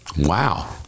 Wow